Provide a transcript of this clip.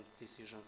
decisions